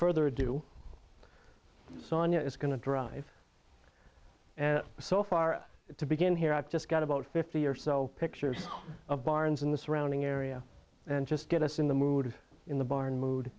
further ado sagna is going to drive and so far to begin here i've just got about fifty or so pictures of barns in the surrounding area and just get us in the mood in the barn mood